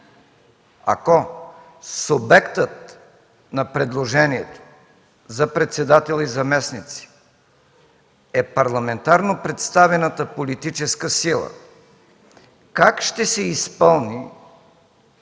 ако субектът на предложението за председател и заместници е парламентарно представената политическа сила, как ще се изпълни